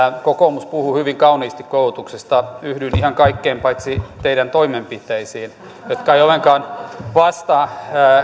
kokoomus puhui hyvin kauniisti koulutuksesta yhdyn ihan kaikkeen paitsi teidän toimenpiteisiinne jotka eivät ollenkaan vastaa